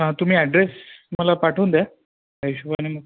हां तुम्ही ॲड्रेस मला पाठवून द्या त्या हिशोबाने मग